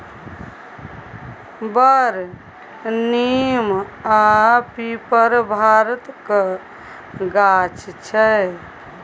बर, नीम आ पीपर भारतक गाछ छै